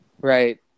Right